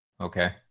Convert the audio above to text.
okay